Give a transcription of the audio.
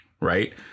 right